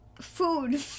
Food